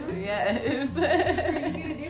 Yes